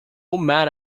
mad